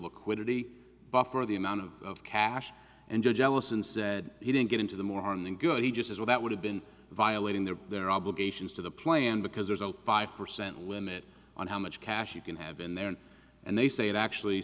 liquidity buffer the amount of cash and jealous and said he didn't get into the more harm than good he just as well that would have been violating their their obligations to the plan because there's a five percent women on how much cash you can have in there and they say it actually